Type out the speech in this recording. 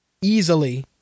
easily